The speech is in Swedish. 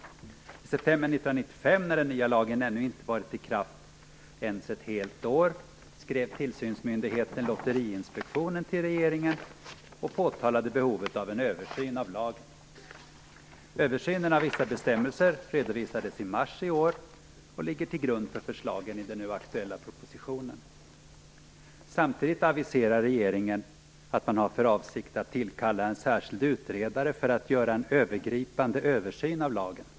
I december 1995, när den nya lagen ännu inte varit i kraft ens i ett helt år, skrev tillsynsmyndigheten Lotteriinspektionen till regeringen och påtalade behovet av en översyn av lagen. Översynen av vissa bestämmelser redovisades i mars i år och ligger till grund för förslagen i den nu aktuella propositionen. Samtidigt aviserar regeringen att man har för avsikt att tillkalla en särskild utredare för att göra en övergripande översyn av lagen.